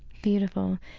beautiful.